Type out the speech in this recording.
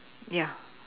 ya